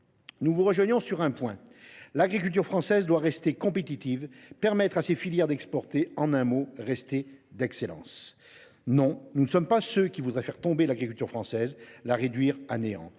Nous vous rejoignons sur un point : l’agriculture française doit rester compétitive et permettre à ses filières d’exporter. En un mot : rester d’excellence. Non, nous ne sommes pas ceux qui voudraient faire « tomber » l’agriculture française, la réduire à néant.